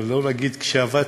אבל לא אגיד ש"עבדתי",